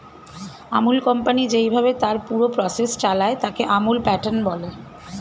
আমূল company যেইভাবে তার পুরো প্রসেস চালায়, তাকে আমূল প্যাটার্ন বলে